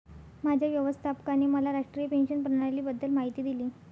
माझ्या व्यवस्थापकाने मला राष्ट्रीय पेन्शन प्रणालीबद्दल माहिती दिली